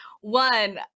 One